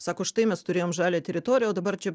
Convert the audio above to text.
sako štai mes turėjom žalią teritoriją o dabar čia